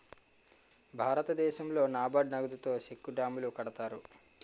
భారతదేశంలో నాబార్డు నగదుతో సెక్కు డ్యాములు కడతారు